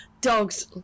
dogs